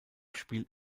spielt